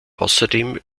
außerdem